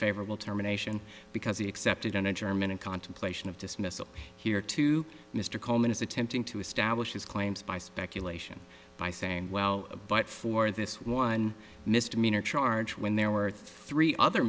favorable terminations because he accepted on a german and contemplation of dismissal here to mr coleman is attempting to establish his claims by speculation by saying well a but for this one misdemeanor charge when there were three other